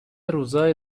روزایی